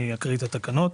ואני אקריא את התקנות.